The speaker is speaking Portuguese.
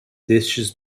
destes